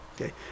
Okay